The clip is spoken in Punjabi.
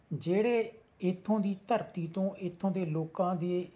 ਜਿਹੜੇ ਇੱਥੋਂ ਦੀ ਧਰਤੀ ਤੋਂ ਇੱਥੋਂ ਦੋ ਲੋਕਾਂ ਦੇ